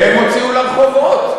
הם הוציאו לרחובות.